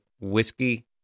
Whiskey